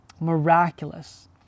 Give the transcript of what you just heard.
miraculous